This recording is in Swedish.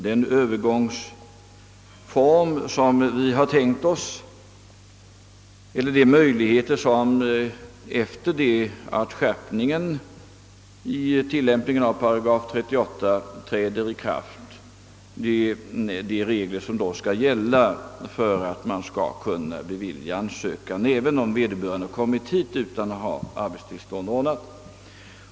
Herr Bengtsson tar upp frågan om vilka regler som, efter det att skärpningen i tillämpningen av 8 38 trätt i kraft, skall gälla för beviljandet av en ansökan även om vederbörande kommit hit utan att ha arbetstillstånd ordnat.